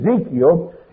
Ezekiel